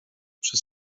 przy